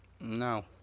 No